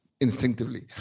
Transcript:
instinctively